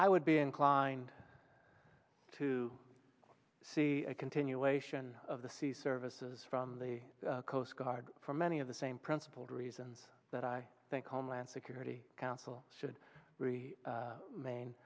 i would be inclined to see a continuation of the sea services from the coast guard for many of the same principled reasons that i think homeland security council should the main